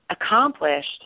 accomplished